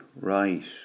right